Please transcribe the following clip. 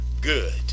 good